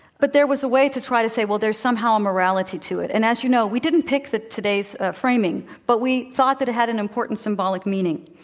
but there was a way to try to say, well, there's somehow a morality to it. and as you know, we didn't pick today's ah framing, but we thought that it had an important symbolic meaning.